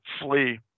flee